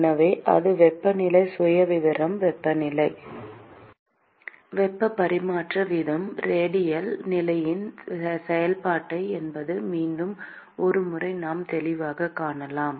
எனவே அது வெப்பநிலை சுயவிவரம் வெப்பநிலை வெப்ப பரிமாற்ற வீதம் ரேடியல் நிலையின் செயல்பாடு என்பதை மீண்டும் ஒருமுறை நாம் தெளிவாகக் காணலாம்